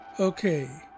okay